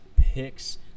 picks